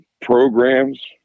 programs